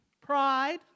pride